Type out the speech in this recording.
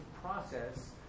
process